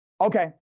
Okay